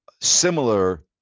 similar